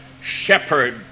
Shepherd